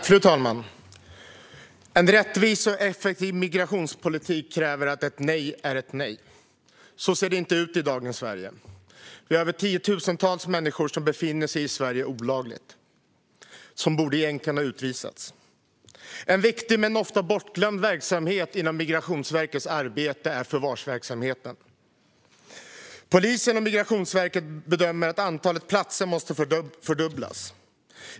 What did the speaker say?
Fru talman! En rättvis och effektiv migrationspolitik kräver att ett nej är ett nej. Så ser det inte ut i dagens Sverige. Vi har tiotusentals människor som befinner sig i Sverige olagligt och som egentligen borde ha utvisats. En viktig men ofta bortglömd verksamhet inom Migrationsverkets arbete är förvarsverksamheten. Polisen och Migrationsverket bedömer att antalet platser måste fördubblas.